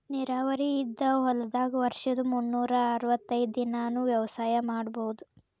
ನೇರಾವರಿ ಇದ್ದ ಹೊಲದಾಗ ವರ್ಷದ ಮುನ್ನೂರಾ ಅರ್ವತೈದ್ ದಿನಾನೂ ವ್ಯವಸಾಯ ಮಾಡ್ಬಹುದು